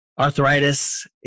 arthritis